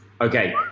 okay